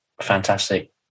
fantastic